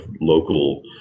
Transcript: local